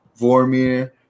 Vormir